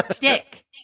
Dick